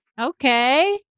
Okay